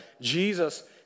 Jesus